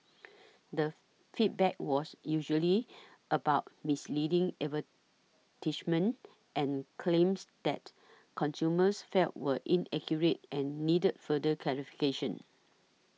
the feedback was usually about misleading advertisements and claims that consumers felt were inaccurate and needed further clarification